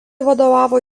vadovavo